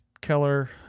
Keller